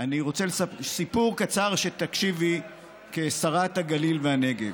אני רוצה שתקשיבי לסיפור קצר כשרת הגליל והנגב.